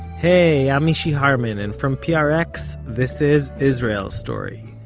hey, i'm mishy harman and from prx this is israel story.